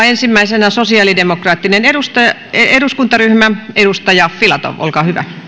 ensimmäisenä sosiaalidemokraattinen eduskuntaryhmä edustaja filatov olkaa hyvä